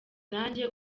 najye